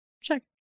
Check